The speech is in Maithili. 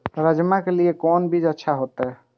राजमा के लिए कोन बीज अच्छा होते?